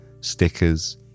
stickers